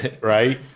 right